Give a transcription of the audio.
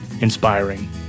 inspiring